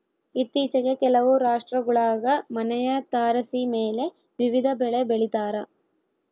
ಇತ್ತೀಚಿಗೆ ಕೆಲವು ರಾಷ್ಟ್ರಗುಳಾಗ ಮನೆಯ ತಾರಸಿಮೇಲೆ ವಿವಿಧ ಬೆಳೆ ಬೆಳಿತಾರ